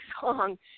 song –